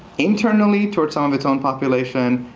internally towards some of its own population,